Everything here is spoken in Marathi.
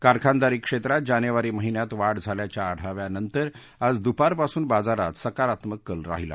कारखानदारी क्षेत्रात जानेवारी महिन्यात वाढ झाल्याच्या आढाव्यानंतर आज दुपारपासून बाजारात सकारात्मक कल राहिला